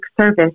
service